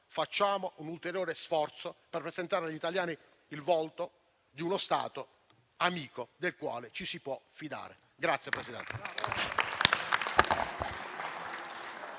facciamo un ulteriore sforzo per presentare agli italiani il volto di uno Stato amico del quale ci si può fidare.